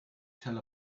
tell